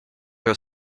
her